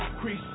crease